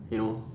you know